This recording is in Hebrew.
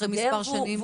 אחרי מספר שנים?